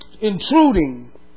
intruding